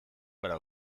gara